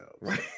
Right